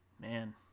man